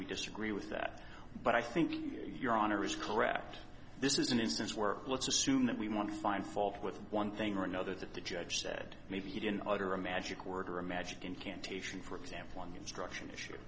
we disagree with that but i think your honor is correct this is an instance where let's assume that we want to find fault with one thing or another that the judge said maybe he didn't utter him magic work or a magic incantation for example one instruction issue